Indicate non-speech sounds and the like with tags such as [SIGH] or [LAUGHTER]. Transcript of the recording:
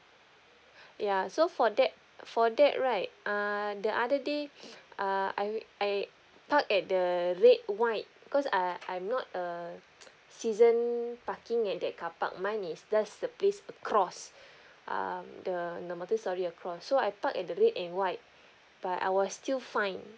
ya so for that for that right err the other day err I I park at the red white because err I'm not a [NOISE] season parking at that carpark mine is just the place across um the the multi storey across so I parked at the red and white but I was still fined